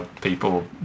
people